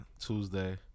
Tuesday